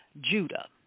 Judah